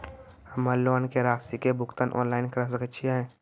हम्मे लोन के रासि के भुगतान ऑनलाइन करे सकय छियै?